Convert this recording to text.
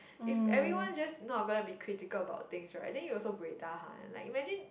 if everyone just not gonna be critical about things right then you also buay tahan like imagine